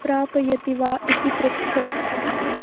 प्रापयति वा इति पृच्छ